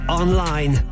online